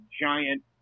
giant